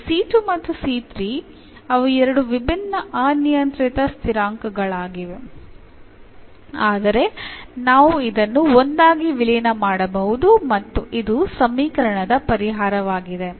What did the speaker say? ಈಗ ಮತ್ತು ಅವು ಎರಡು ವಿಭಿನ್ನ ಅನಿಯಂತ್ರಿತ ಸ್ಥಿರಾಂಕಗಳಾಗಿವೆ ಆದರೆ ನಾವು ಇದನ್ನು ಒಂದಾಗಿ ವಿಲೀನ ಮಾಡಬಹುದು ಮತ್ತು ಇದು ಸಮೀಕರಣದ ಪರಿಹಾರವಾಗಿದೆ